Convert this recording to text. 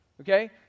okay